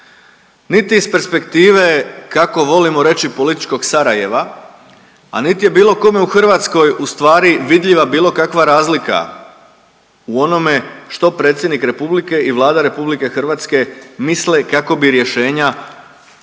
Niti iz perspektive kako volimo reći političkog Sarajeva, a niti je bilo kome u Hrvatskoj ustvari vidljiva bilo kakva razlika u onome što predsjednik republike i Vlada RH misle kako bi rješenja